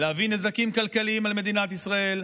להביא נזקים כלכליים על מדינת ישראל,